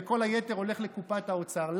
וכל היתר הולך לקופת האוצר?